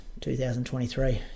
2023